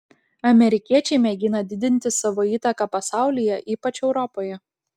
amerikiečiai mėgina didinti savo įtaką pasaulyje ypač europoje